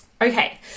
Okay